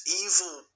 evil